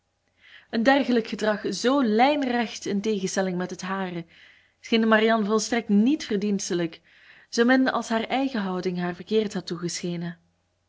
een dergelijk gedrag zoo lijnrecht in tegenstelling met het hare scheen marianne volstrekt niet verdienstelijk zoomin als haar eigen houding haar verkeerd had toegeschenen